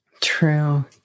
True